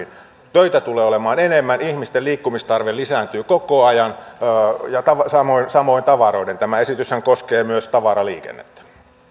töitä tulee olemaan enemmän ihmisten liikkumistarve lisääntyy koko ajan ja samoin tavaroiden tämä esityshän koskee myös tavaraliikennettä